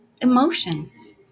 emotions